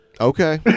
Okay